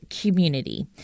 community